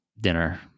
dinner